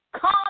Come